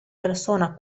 persona